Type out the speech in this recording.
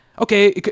okay